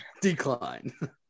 Decline